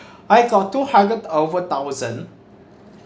I got two hundred over thousand